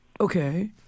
okay